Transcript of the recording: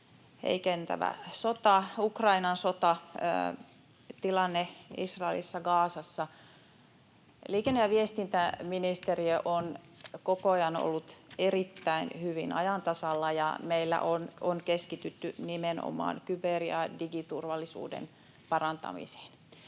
heikentävä sota, Ukrainan sota, ja tilanne Israelissa Gazassa. Liikenne- ja viestintäministeriö on koko ajan ollut erittäin hyvin ajan tasalla, ja meillä on keskitytty nimenomaan kyber- ja digiturvallisuuden parantamiseen.